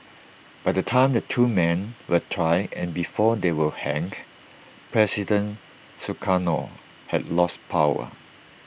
by the time the two men were tried and before they were hanged president Sukarno had lost power